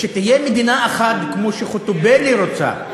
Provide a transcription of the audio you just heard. כשתהיה מדינה אחת כמו שחוטובלי רוצה,